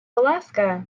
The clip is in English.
alaska